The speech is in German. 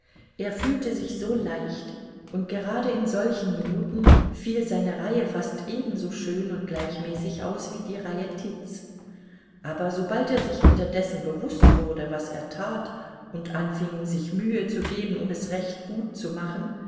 er fühlte sich so leicht und gerade in solchen minuten fiel seine reihe fast ebenso schön und gleichmäßig aus wie die reihe tits aber sobald er sich wieder dessen bewußt wurde was er tat und anfing sich mühe zu geben um es recht gut zu machen